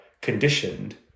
conditioned